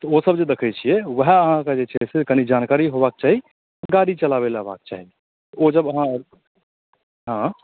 तऽ ओसभ जे देखैत छियै ओएह अहाँकेँ जे छै से कनि जानकारी होबाक चाही गाड़ी चलाबै लऽ अयबाक चाही ओ जब अहाँ हँ